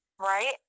right